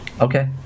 Okay